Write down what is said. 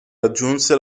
raggiunse